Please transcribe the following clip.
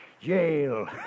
jail